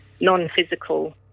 non-physical